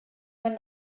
when